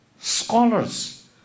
scholars